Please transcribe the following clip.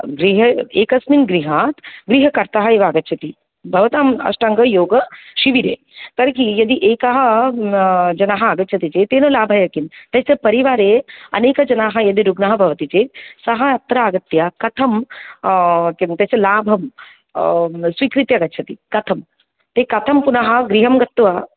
गृह एकस्मिन् गृहात् गृहकर्तः एव आगच्छति भवताम् अष्टाङ्गयोगशिबिरे तर्हि यदि एकः जनः आगच्छति चेत् तेन लाभाय किं तस् परिवारे अनेकजनाः यदि रुग्णः भवति चेत् सः अत्र आगत्य कथं किं तस्य लाभं स्वीकृत्य गच्छति कथं ते कथं पुनः गृहं गत्वा